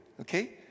Okay